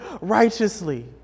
righteously